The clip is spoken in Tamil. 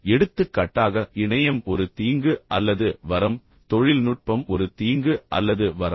எடுத்துக்காட்டாக இணையம் ஒரு தீங்கு அல்லது வரம் தொழில்நுட்பம் ஒரு தீங்கு அல்லது வரம்